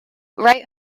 right